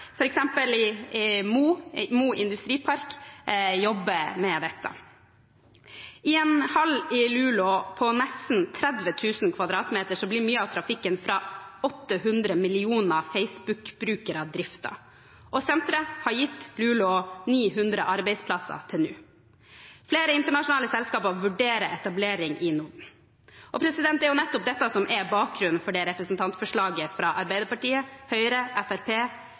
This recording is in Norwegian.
i Mo. Mo Industripark jobber med dette. I en hall i Luleå på nesten 30 000 m2 blir mye av trafikken fra 800 millioner Facebook-brukere driftet. Senteret har gitt Luleå 900 arbeidsplasser til nå. Flere internasjonale selskaper vurderer etablering i nord. Det er nettopp dette som er bakgrunnen for representantforslaget fra Arbeiderpartiet, Høyre,